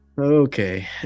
okay